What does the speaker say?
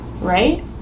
right